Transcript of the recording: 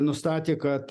nustatė kad